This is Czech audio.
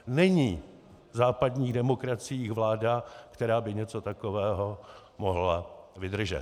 Není v západních demokraciích vláda, která by něco takového mohla vydržet.